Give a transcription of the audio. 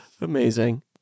Amazing